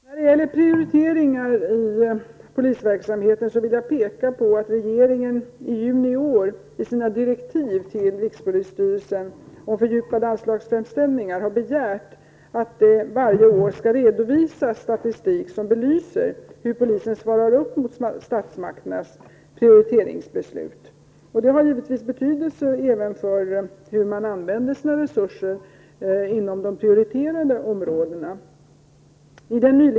Herr talman! När det gäller prioriteringar i polisverksamheten vill jag peka på att regeringen i juni i år i sina direktiv till rikspolisstyrelsen om fördjupade anslagsframställningar har begärt att det varje år skall redovisas statistik som belyser hur polisen svarar upp mot statsmakternas prioriteringsbeslut. Det har givetvis betydelse även för hur man använder sina resurser inom de prioriterade områdena.